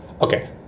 Okay